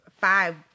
five